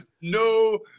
no